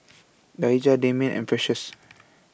Daija Damian and Precious